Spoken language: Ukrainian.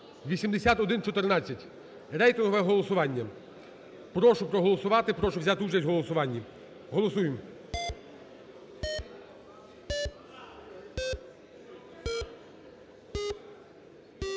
(8114). Рейтингове голосування. Прошу проголосувати, прошу взяти участь в голосуванні. Голосуємо.